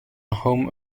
home